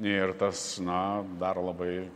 ir tas na daro labai